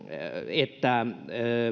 että